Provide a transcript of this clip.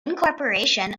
incorporation